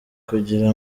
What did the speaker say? kugira